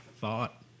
thought